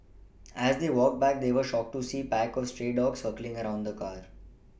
as they walked back they were shocked to see pack of stray dogs circling around the car